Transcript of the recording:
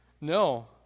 No